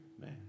man